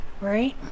Right